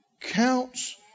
counts